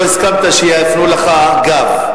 לא הסכמת שיפנו לך גב,